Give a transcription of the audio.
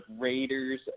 Raiders